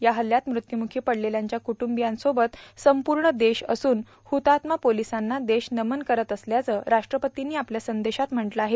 या हल्ल्यात मृत्यूमुखी पडलेल्यांच्या कूर्टीबयांसोबत संपूण देश असून हृतात्मा पोर्गलसांना देश नमन करत असल्याचं राष्ट्रपतींनी आपल्या संदेशात म्हटलं आहे